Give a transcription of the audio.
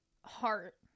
heart